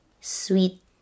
sweet